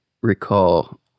recall